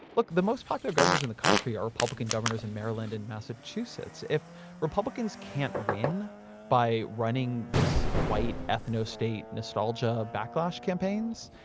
look, the most popular governors in the country are republican governors in maryland and massachusetts. if republicans can't win by running this white, ethnostate, nostalgia backlash campaigns,